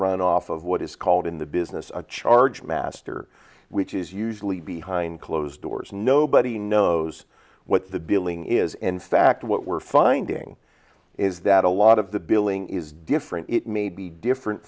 run off of what is called in the business a charge master which is usually behind closed doors nobody knows what the billing is in fact what we're finding is that a lot of the billing is different it may be different